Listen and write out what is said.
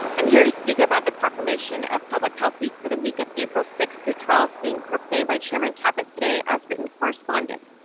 i'm here to speak about the proclamation of public health week for the week of april sixth through twelfth being proclaimed by chairman caput today as written correspondence.